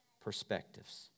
perspectives